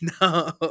no